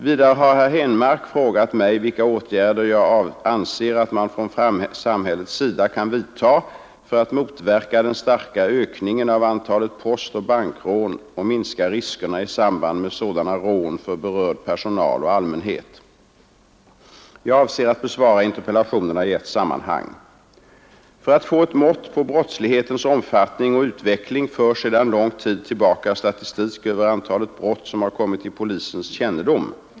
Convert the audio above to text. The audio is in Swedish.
Vidare har herr Henmark frågat mig vilka åtgärder jag anser att man från samhällets sida kan vidta för att motverka den starka ökningen av antalet postoch bankrån och minska riskerna i samband med sådana rån för berörd personal och allmänhet. Jag avser att besvara interpellationerna i ett sammanhang. För att få ett mått på brottslighetens omfattning och utveckling förs sedan lång tid tillbaka statistik över antalet brott som har kommit till polisens kännedom.